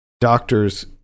doctors